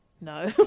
No